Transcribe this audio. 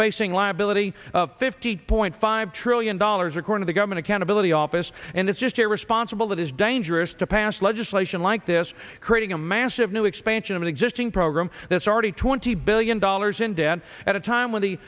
facing liability of fifty two point five trillion dollars according the government accountability office and it's just irresponsible it is dangerous to pass legislation like this creating a massive new expansion of an existing program that's already twenty billion dollars in debt at a time when the